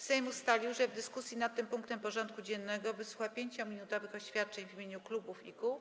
Sejm ustalił, że w dyskusji nad tym punktem porządku dziennego wysłucha 5-minutowych oświadczeń w imieniu klubów i kół.